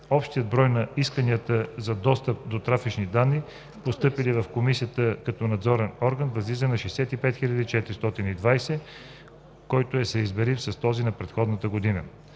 Общият брой на исканията за достъп до трафични данни, постъпили в Комисията като надзорен орган, възлиза на 65 420, който е съизмерим с този за предходната година.